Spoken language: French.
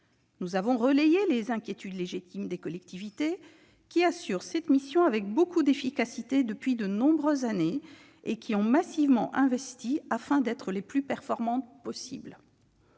Nous avons relayé les inquiétudes légitimes des collectivités territoriales, qui assument cette mission avec beaucoup d'efficacité depuis de nombreuses années et ont massivement investi afin d'être aussi performantes que possible.